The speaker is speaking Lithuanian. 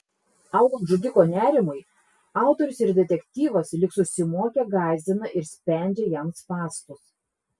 augant žudiko nerimui autorius ir detektyvas lyg susimokę gąsdina ir spendžia jam spąstus